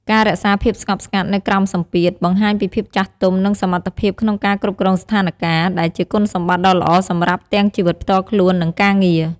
ការរក្សាភាពស្ងប់ស្ងាត់នៅក្រោមសម្ពាធ បង្ហាញពីភាពចាស់ទុំ និងសមត្ថភាពក្នុងការគ្រប់គ្រងស្ថានការណ៍ ដែលជាគុណសម្បត្តិដ៏ល្អសម្រាប់ទាំងជីវិតផ្ទាល់ខ្លួន និងការងារ។